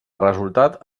resultat